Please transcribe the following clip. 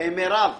מירב,